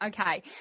okay